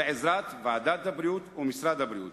באמצעות ועדת הבריאות, ומשרד הבריאות.